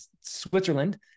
Switzerland